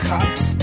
Cops